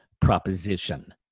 proposition